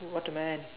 what a man